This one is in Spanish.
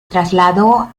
trasladó